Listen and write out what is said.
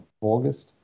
August